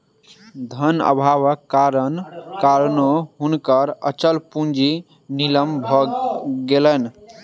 धन अभावक कारणेँ हुनकर अचल पूंजी नीलाम भ गेलैन